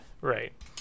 Right